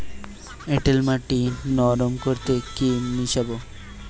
এঁটেল মাটি নরম করতে কি মিশাব?